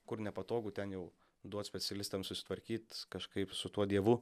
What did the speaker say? kur nepatogu ten jau duot specialistam susitvarkyt kažkaip su tuo dievu